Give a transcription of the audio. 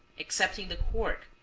excepting the cork,